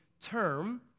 term